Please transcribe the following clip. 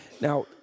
Now